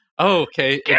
Okay